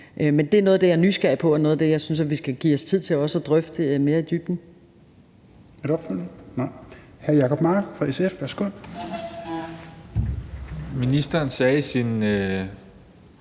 det er noget af det, jeg er nysgerrig på, og noget af det, jeg også synes, at vi skal give os tid til at drøfte mere i dybden.